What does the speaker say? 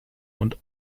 und